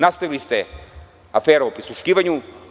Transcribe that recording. Nastavili ste aferu o prisluškivanju.